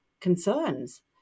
concerns